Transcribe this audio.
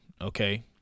okay